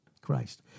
Christ